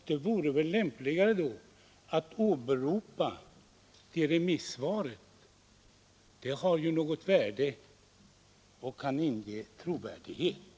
Det vore väl då lämpligt att åberopa det remissvaret; det har ju högt värde och kan inge trovärdighet!